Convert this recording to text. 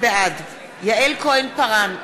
בעד יעל כהן-פארן,